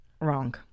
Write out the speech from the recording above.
Wrong